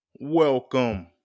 welcome